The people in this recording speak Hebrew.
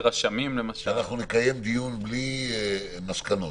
שאנחנו נקיים דיון בלי מסקנות.